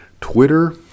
Twitter